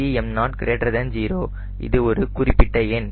Cm00 இது ஒரு குறிப்பிட்ட எண்